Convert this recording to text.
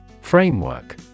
Framework